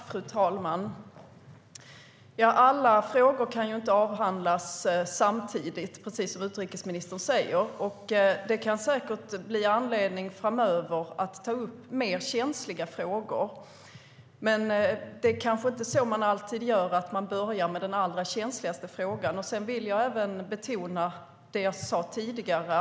Fru talman! Alla frågor kan inte avhandlas samtidigt, precis som utrikesministern säger. Det kan säkert bli anledning framöver att ta upp mer känsliga frågor. Men det är kanske inte alltid så att man börjar med den allra känsligaste frågan. Jag vill även betona det jag sa tidigare.